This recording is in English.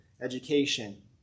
education